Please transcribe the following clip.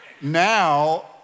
Now